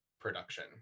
production